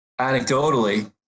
Anecdotally